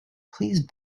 please